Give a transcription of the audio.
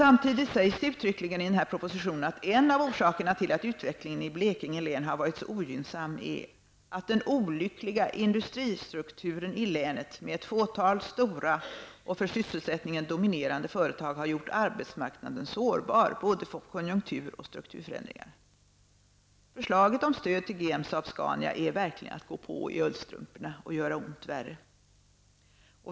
Samtidigt sägs det uttryckligen i propositionen att en av orsakerna till att utvecklingen i Blekinge län har varit så ogynnsam är att den olyckliga ''industristrukturen i länet, med ett fåtal stora och för sysselsättningen dominerande företag, har gjort arbetsmarknaden sårbar både för konjunktur och strukturförändringar''. Förslaget om stöd till GM Saab-Scania är verkligen att gå på i ullstrumporna och göra ont värre.